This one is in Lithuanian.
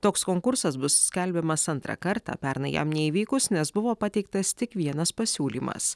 toks konkursas bus skelbiamas antrą kartą pernai jam neįvykus nes buvo pateiktas tik vienas pasiūlymas